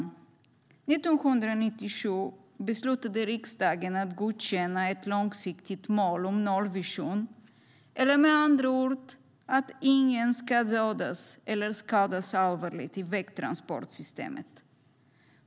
År 1997 beslutade riksdagen att godkänna ett långsiktigt mål om nollvision, eller med andra ord att ingen ska dödas eller skadas allvarligt i vägtransportsystemet.